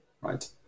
right